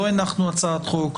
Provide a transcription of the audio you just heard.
לא הנחנו הצעת חוק,